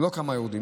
לא כמה יורדים.